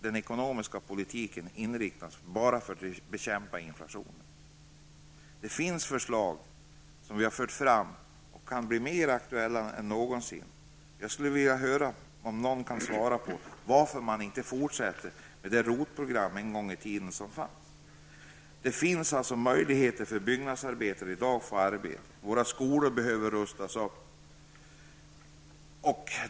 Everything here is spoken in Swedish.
Den ekonomiska politiken inriktas enbart på att bekämpa inflationen. Det finns förslag, som vi har fört fram och som kan bli mer aktuella än någonsin. Jag skulle vilja höra om någon kan förklara på varför man inte fortsätter med det ROT-program som fanns en gång i tiden. Det finns möjligheter för byggnadsarbetare att få arbete. Våra skolor behöver rustas upp.